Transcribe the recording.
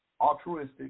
altruistic